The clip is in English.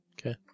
Okay